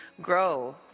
grow